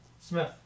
Smith